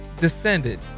descended